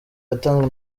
yatanzwe